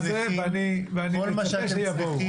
כי אם את הזהות היהודית,